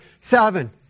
Seven